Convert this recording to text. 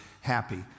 happy